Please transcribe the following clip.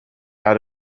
out